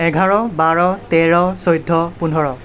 এঘাৰ বাৰ তেৰ চৈধ্য় পোন্ধৰ